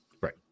Right